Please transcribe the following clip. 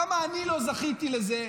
למה אני לא זכיתי לזה?